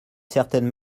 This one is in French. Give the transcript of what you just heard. certaine